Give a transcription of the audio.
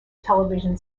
television